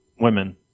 women